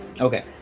Okay